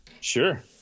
Sure